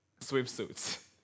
swimsuits